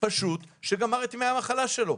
פשוט שגמר את ימי המחלה שלו?